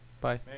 Bye